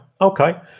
Okay